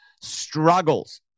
struggles